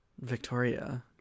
victoria